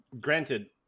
granted